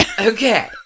Okay